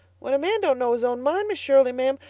when a man don't know his own mind, miss shirley, ma'am,